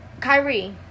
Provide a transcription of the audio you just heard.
Kyrie